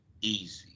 easy